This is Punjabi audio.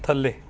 ਥੱਲੇ